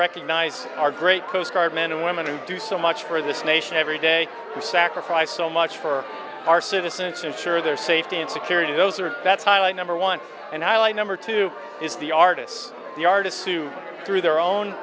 recognize our great coast guard men and women who do so much for this nation every day who sacrifice so much for our service since ensure their safety and security those are that's highly number one and i like number two is the artists the artists to through their own